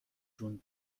جون